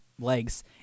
legs